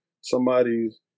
somebody's